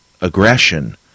aggression